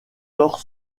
tort